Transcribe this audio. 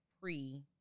pre